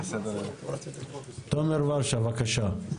תומר ורשה, בבקשה.